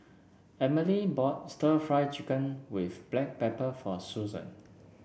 Emilee bought stir Fry Chicken with Black Pepper for Susan